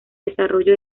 desarrollo